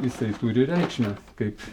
jisai turi reikšmę kaip